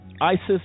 ISIS